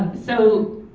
so